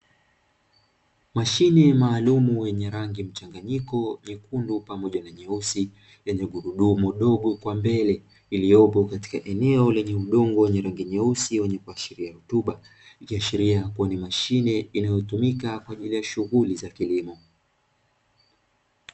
Mashine maalumu yenye rangi mchanganyiko nyekundu pamoja na nyeusi yenye gurudumu dogo kwa mbele, iliyopo katika eneo lenye udongo wenye rangi nyeusi wenye kuashiria rutuba, ikiashiria ni mashine inayotumika kwa ajili ya shughuli za kilimo.